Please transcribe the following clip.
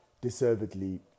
deservedly